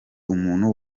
umuntu